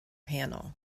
panel